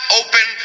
open